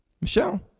Michelle